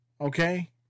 Okay